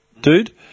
dude